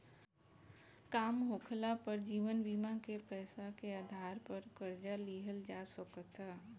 काम होखाला पर जीवन बीमा के पैसा के आधार पर कर्जा लिहल जा सकता